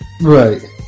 right